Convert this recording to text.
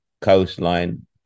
coastline